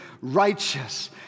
Righteous